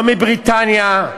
לא מבריטניה,